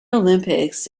olympics